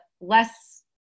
less